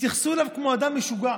התייחסו אליו כמו אל אדם משוגע.